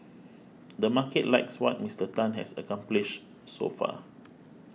the market likes what Mister Tan has accomplished so far